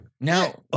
Now